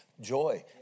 Joy